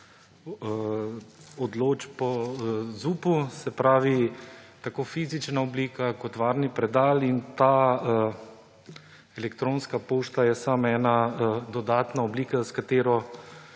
odločb po ZUP. Se pravi tako fizična oblika kot varni predal. Elektronska pošta je samo ena dodatna oblika, s katero